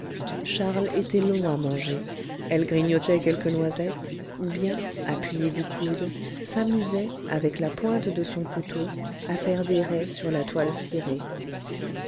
charles était long à manger elle grignotait quelques noisettes ou bien appuyée du coude s'amusait avec la pointe de son couteau à faire des raies sur la toile cirée